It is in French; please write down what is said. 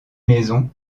maison